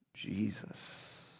Jesus